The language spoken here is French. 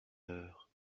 heure